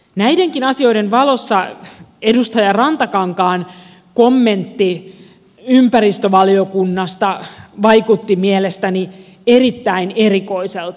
näidenkin asioiden valossa edustaja rantakankaan kommentti ympäristövaliokunnasta vaikutti mielestäni erittäin erikoiselta